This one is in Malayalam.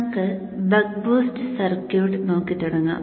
നമുക്ക് ബക്ക് ബൂസ്റ്റ് സർക്യൂട്ട് നോക്കി തുടങ്ങാം